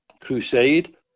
crusade